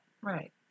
right